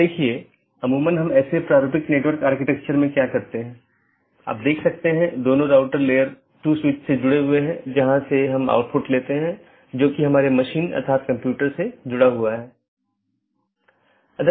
अब मैं कैसे एक मार्ग को परिभाषित करता हूं यह AS के एक सेट द्वारा परिभाषित किया गया है और AS को मार्ग मापदंडों के एक सेट द्वारा तथा गंतव्य जहां यह जाएगा द्वारा परिभाषित किया जाता है